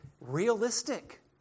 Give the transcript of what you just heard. realistic